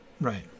right